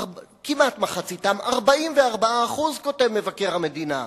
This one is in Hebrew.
כמעט מחציתם, 44% כותב מבקר המדינה,